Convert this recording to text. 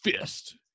fist